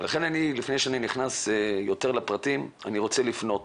לכן לפני שאני נכנס יותר לפרטים, אני רוצה לפנות